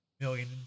million